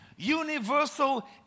universal